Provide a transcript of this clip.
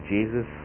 Jesus